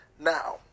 Now